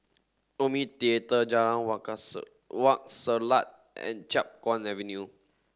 Omni Theatre Jalan Wak Wak Selat and Chiap Guan Avenue